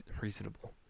reasonable